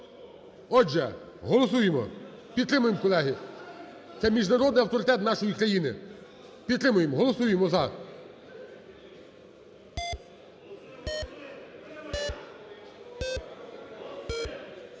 Отже, голосуємо, підтримуємо, колеги, це міжнародний авторитет нашої країни, підтримуємо, голосуємо "за".